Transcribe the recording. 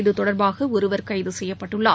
இது தொடர்பாக ஒருவர் கைது செய்யப்பட்டுள்ளார்